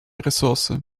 ressource